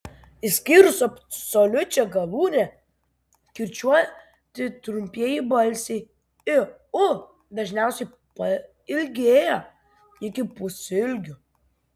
išskyrus absoliučią galūnę kirčiuoti trumpieji balsiai i u dažniausiai pailgėja iki pusilgių